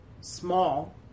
small